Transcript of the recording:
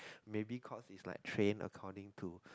maybe cause it's like trained according to